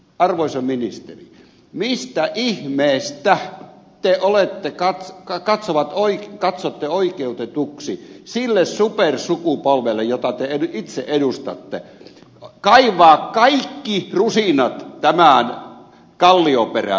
arvoisa ministeri miten ihmeessä te katsotte oikeutetuksi sille supersukupolvelle jota te itse edustatte kaivaa kaikki rusinat tämän kallioperän pinnasta